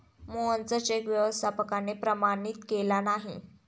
मोहनचा चेक व्यवस्थापकाने प्रमाणित केला नाही